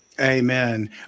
Amen